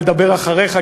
לדבר אחריך,